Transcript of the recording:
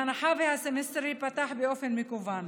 בהנחה שהסמסטר ייפתח באופן מקוון.